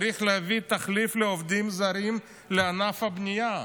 צריך להביא תחליף לעובדים הזרים לענף הבנייה.